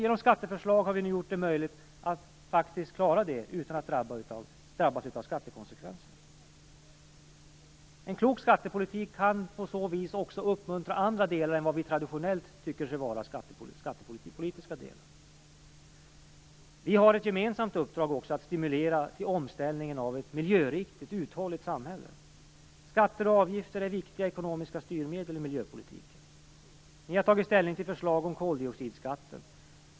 Genom skatteförslag har vi nu gjort det möjligt att klara det utan att drabbas av skattekonsekvenser. En klok skattepolitik kan på så vis också uppmuntra andra delar än dem vi traditionellt anser vara skattepolitiska delar. Vi har också ett gemensamt uppdrag att stimulera till omställningen till ett miljöriktigt, uthålligt samhälle. Skatter och avgifter är viktiga ekonomiska styrmedel i miljöpolitiken. Ni har tagit ställning till förslag om koldioxidskatten.